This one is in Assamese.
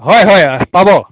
হয় হয় পাব